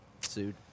sued